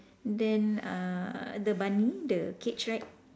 then uh the bunny the cage right